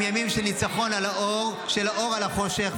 הם ימים של ניצחון של האור על החושך,